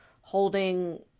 holding